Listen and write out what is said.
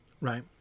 right